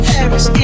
Paris